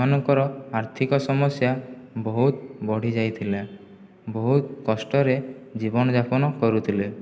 ସେମାନଙ୍କର ଆର୍ଥିକ ସମସ୍ୟା ବହୁତ ବଢ଼ିଯାଇଥିଲା ବହୁତ କଷ୍ଟରେ ଜୀବନଯାପନ କରୁଥିଲେ